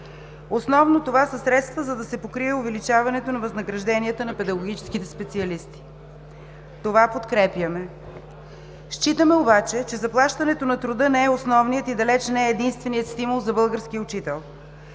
Основно това са средства, за да се покрие увеличаването на възнагражденията на педагогическите специалисти. Това подкрепяме. Считаме обаче, че заплащането на труда не е основният и далеч не е единственият стимул за българския учител.